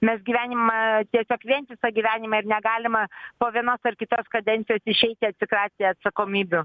mes gyvenimą tiesiog vientisą gyvenimą ir negalima po vienos ar kitos kadencijos išeiti atsikratę atsakomybių